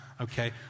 okay